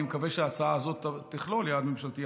אני מקווה שההצעה הזו תכלול יעד ממשלתי,